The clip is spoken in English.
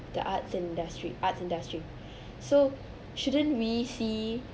the arts industry arts industry so shouldn't we see